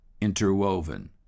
interwoven